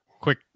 quick